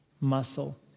muscle